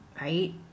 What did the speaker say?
right